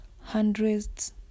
Hundreds